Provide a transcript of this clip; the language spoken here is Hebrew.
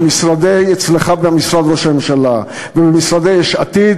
אצלך במשרד ראש הממשלה ובמשרדי יש עתיד